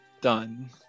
done